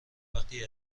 وقتی